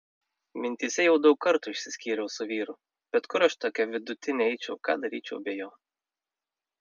mintyse jau daug kartų išsiskyriau su vyru bet kur aš tokia vidutinė eičiau ką daryčiau be jo